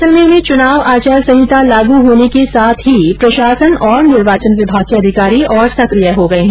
जैसलमेर में चुनाव आचार संहिता लागू होने के साथ ही प्रशासन और निर्वाचन विभाग के अधिकारी और सकिय हो गये है